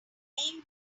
being